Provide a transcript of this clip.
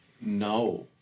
no